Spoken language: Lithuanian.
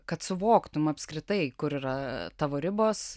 kad suvoktum apskritai kur yra tavo ribos